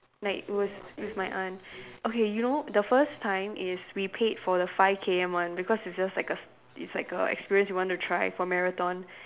like it was with my aunt okay you know the first time is we paid for the five K_M one because it's just like a it's like a experience we want to try for marathon